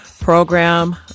Program